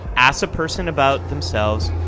ask a person about themselves,